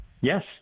Yes